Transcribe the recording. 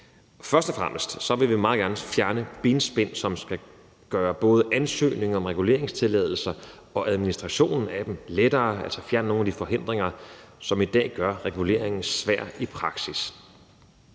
Først og fremmest vil vi meget gerne fjerne benspænd, hvilket skal gøre både ansøgningen om reguleringstilladelser og administrationen af dem lettere, altså fjerne nogle af de forhindringer, som i dag gør reguleringen svær i praksis.